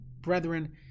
brethren